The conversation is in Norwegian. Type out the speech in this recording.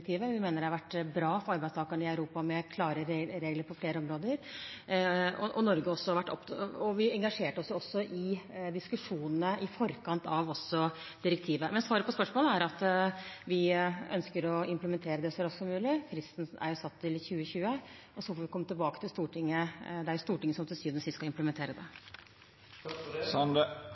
Vi mener det har vært bra for arbeidstakerne i Europa med klare regler på flere områder. Vi engasjerte oss også i diskusjonene i forkant av direktivet. Men svaret på spørsmålet er at vi ønsker å implementere det så raskt som mulig. Fristen er satt til 2020, og så får vi komme tilbake til Stortinget. Det er Stortinget som til syvende og sist skal implementere